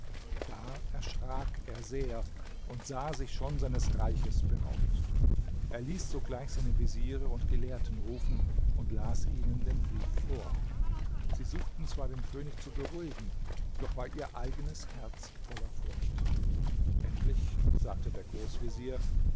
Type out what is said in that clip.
da erschrak er sehr und sah sich schon seines reiches beraubt er ließ sogleich seine veziere und gelehrten rufen und las ihnen den brief vor sie suchten zwar den könig zu beruhigen doch war ihr eigenes herz voller furcht endlich sagte der